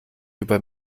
über